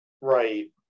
Right